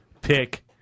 pick